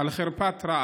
לחרפת רעב.